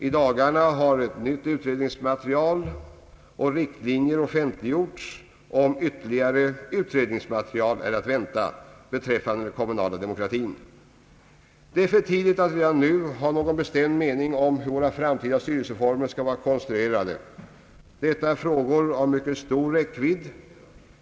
I dagarna har ett nytt utredningsmaterial och riktlinjer offentliggjorts, och ytterligare utredningsmaterial är att vänta beträffande den kommunala demokratin. Det är för tidigt att redan nu ha någon bestämd mening om hur våra framtida styrelseformer skall vara konstruerade. Detta är frågor av mycket stor räckvidd.